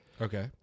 Okay